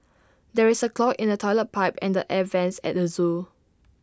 there is A clog in the Toilet Pipe and the air Vents at the Zoo